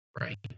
Right